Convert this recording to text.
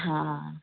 हा